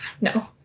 No